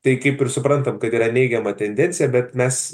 tai kaip ir suprantam kad yra neigiama tendencija bet mes